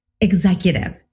executive